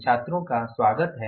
छात्रों का स्वागत है